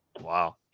Wow